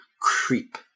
creep